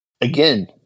again